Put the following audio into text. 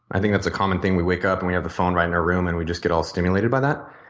i think that's a common thing. we wake up and we have the phone right in our room and we just get all stimulated by that.